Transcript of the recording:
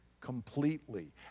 completely